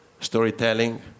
storytelling